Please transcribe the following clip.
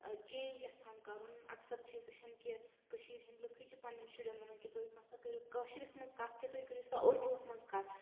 change یَژھَان کَرُن اَکثَر چھِ أسۍ وٕچھان کہِ کٔشیٖر ہِنٛدۍ لٕکھٕے چھِ پَننؠن شُرؠن وَنان کہِ تُہۍ ماسا کٔرِو کٲشرِس منٛز کَتھ کینٛہہ تُہۍ کٔرِو سا اردوٗس منٛز کَتھ